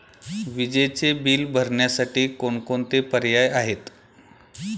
विजेचे बिल भरण्यासाठी कोणकोणते पर्याय आहेत?